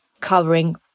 covering